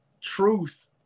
truth